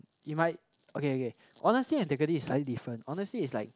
he might okay okay honesty and integrity is slightly different honesty is like